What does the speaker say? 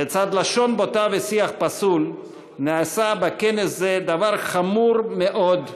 לצד לשון בוטה ושיח פסול נעשה בכנס זה דבר חמור מאוד: